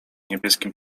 niebieskim